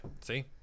See